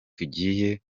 tugiye